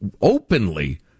openly